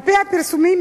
על-פי הפרסומים,